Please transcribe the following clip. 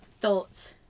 thoughts